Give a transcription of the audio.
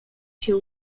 się